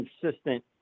consistent